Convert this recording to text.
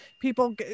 people